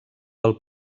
pel